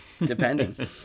Depending